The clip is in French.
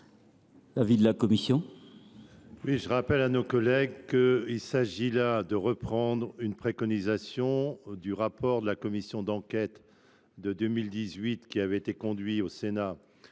l’avis de la commission ?